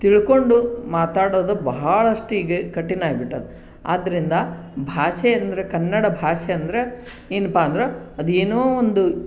ತಿಳಕೊಂಡು ಮಾತಾಡೋದು ಬಹಳಷ್ಟು ಈಗ ಕಠಿಣ ಆಗಿ ಬಿಟ್ಟದು ಆದ್ದರಿಂದ ಭಾಷೆ ಅಂದರೆ ಕನ್ನಡ ಭಾಷೆ ಅಂದರೆ ಏನಪ್ಪ ಅಂದ್ರೆ ಅದು ಏನೋ ಒಂದು